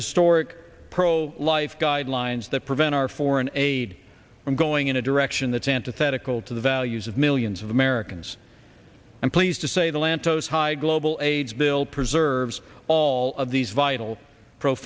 historic pro life guidelines that prevent our foreign aid from going in a direction that's antithetical to the values of millions of americans i'm pleased to say the lantos high global aids bill preserves all of these vital pro